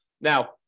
Now